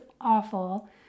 awful